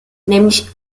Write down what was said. nämlich